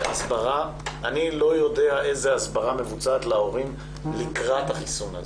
אני לא יודע איזו הסברה מבוצעת להורים לקראת החיסון הזה,